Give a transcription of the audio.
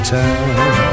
town